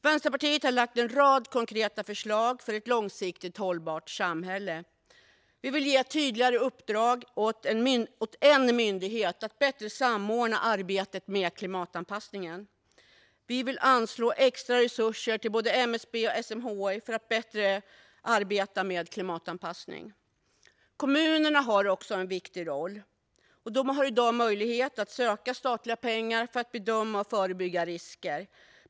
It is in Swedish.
Vänsterpartiet har lagt fram en rad konkreta förslag för ett långsiktigt hållbart samhälle. Vi vill ge ett tydligare uppdrag åt en myndighet att bättre samordna arbetet med klimatanpassningen. Vi vill anslå extra resurser till både MSB och SMHI för att bättre arbeta med klimatanpassning. Kommunerna har också en viktig roll. De har i dag möjlighet att söka statliga pengar för att bedöma och förebygga risker.